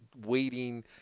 waiting